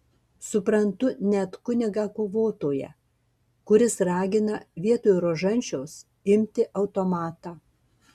suprantu net kunigą kovotoją kuris ragina vietoj rožančiaus imti automatą